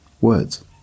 words